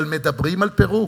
אבל מדברים על פירוק.